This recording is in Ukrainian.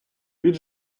від